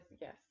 yes